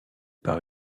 par